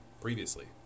Previously